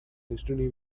destiny